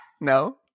No